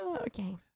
Okay